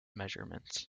measurements